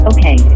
Okay